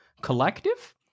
Collective